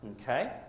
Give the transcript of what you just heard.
okay